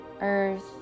earth